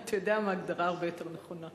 אתה יודע מה, הגדרה הרבה יותר נכונה.